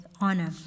honor